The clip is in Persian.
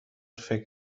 فکر